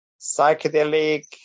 psychedelic